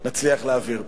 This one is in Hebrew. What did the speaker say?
קצת נצליח להעביר.